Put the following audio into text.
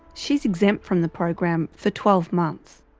she's exempt from the program for twelve months.